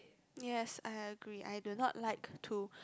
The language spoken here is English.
yes I agree I don't like to